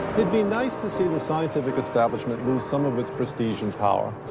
it'd be nice to see the scientific establishment lose some of its prestige and power.